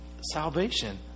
salvation